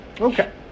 Okay